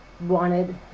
wanted